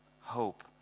hope